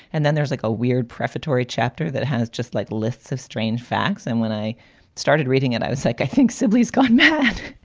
and then there's like a weird prefatory chapter that has just like lists of strange facts. and when i started reading it, i was like, i think sibley's got mad.